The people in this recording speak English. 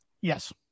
Yes